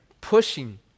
pushing